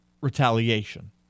retaliation